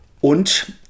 Und